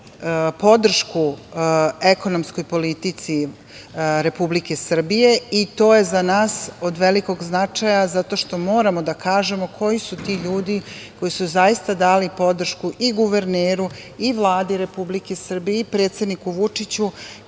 podršku ekonomskoj politici Republike Srbije. To je za nas od velikog značaja zato što moramo da kažemo koji su ti ljudi koji su zaista dali podršku i guverneru i Vladi Republike Srbije i predsedniku Vučiću